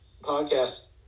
podcast